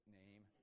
name